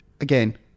again